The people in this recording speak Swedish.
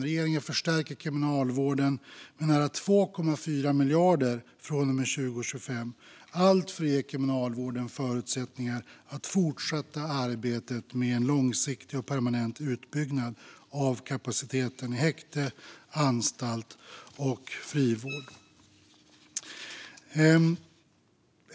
Regeringen förstärker Kriminalvården med nära 2,4 miljarder kronor från och med 2025, allt för att ge Kriminalvården förutsättningar att fortsätta arbetet med en långsiktig och permanent utbyggnad av kapaciteten i häkte, anstalt och frivård.